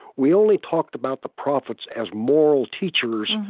we only talked about the prophets as moral teachers,